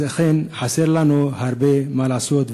אכן חסר לנו הרבה מה לעשות.